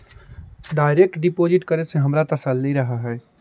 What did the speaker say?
direct deposit करे से हमारा तसल्ली रहअ हई